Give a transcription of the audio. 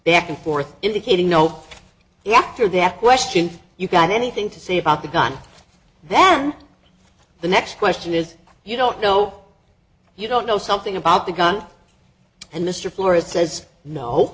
back and forth indicating no the actor there questioned you got anything to say about the gun then the next question is you don't know you don't know something about the gun and mr flores says no